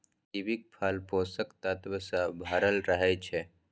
कीवीक फल पोषक तत्व सं भरल रहै छै